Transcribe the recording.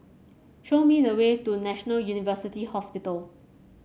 show me the way to National University Hospital